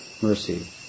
Mercy